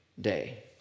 day